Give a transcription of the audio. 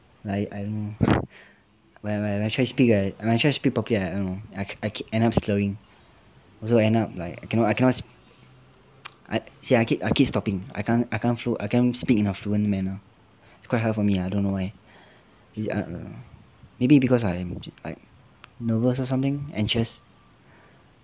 like I don't know when when I try speak right when I try speak properly I don't know I ke~ I end up slurring also end up like I cannot I cannot see I keep I keep stopping I can't flu~ I can't speak in a fluent manner it's quite hard for me I don't know why maybe because I'm I'm nervous or something anxious